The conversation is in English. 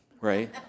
right